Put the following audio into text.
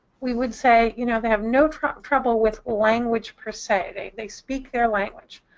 we would say, you know, they have no trouble trouble with language per se they they speak their language.